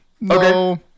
no